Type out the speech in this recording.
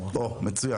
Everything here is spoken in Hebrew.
שני?